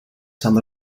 staan